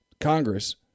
Congress